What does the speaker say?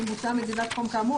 ואם בוצעה מדידת חום כאמור,